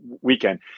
weekend